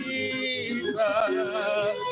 Jesus